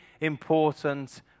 important